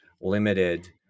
limited